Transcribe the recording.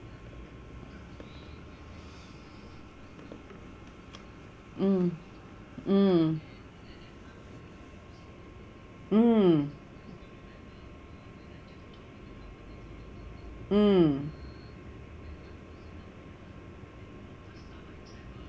mm mm mm mm